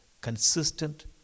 consistent